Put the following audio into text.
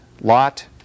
Lot